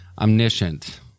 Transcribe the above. Omniscient